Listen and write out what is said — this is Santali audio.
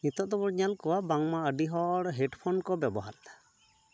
ᱱᱤᱛᱚᱜ ᱫᱚᱵᱚᱱ ᱧᱮᱞ ᱠᱚᱣᱟ ᱵᱟᱝᱢᱟ ᱟᱹᱰᱤ ᱦᱚᱲ ᱦᱮᱰᱯᱷᱳᱱ ᱠᱚ ᱵᱮᱵᱚᱦᱟᱨᱫᱟ